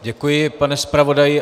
Děkuji, pane zpravodaji.